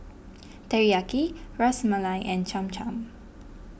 Teriyaki Ras Malai and Cham Cham